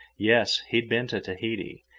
yes, he had been to tahiti,